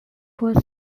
was